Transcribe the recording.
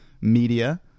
media